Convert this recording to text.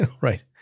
Right